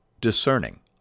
discerning